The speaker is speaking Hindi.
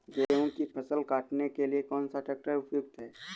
गेहूँ की फसल काटने के लिए कौन सा ट्रैक्टर उपयुक्त है?